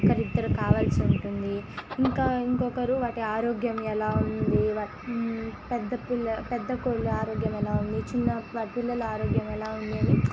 ఒకరిద్దరు కావాల్సి ఉంటుంది ఇంకా ఇంకొకరు వాటి ఆరోగ్యం ఎలా ఉంది వాటి పెద్ద పిల్ల పెద్ద కోళ్ళ ఆరోగ్యం ఎలా ఉంది చిన్న పిల్లల ఆరోగ్యం ఎలా ఉంది అని